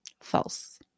False